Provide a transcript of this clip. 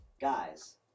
guys